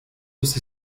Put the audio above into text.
los